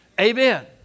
Amen